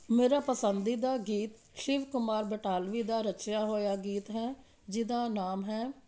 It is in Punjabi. ਮੇਰਾ ਪਸੰਦੀਦਾ ਗੀਤ ਸ਼ਿਵ ਕੁਮਾਰ ਬਟਾਲਵੀ ਦਾ ਰਚਿਆ ਹੋਇਆ ਗੀਤ ਹੈ ਜਿਹਦਾ ਨਾਮ ਹੈ